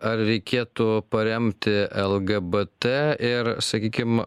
ar reikėtų paremti lgbt ir sakykim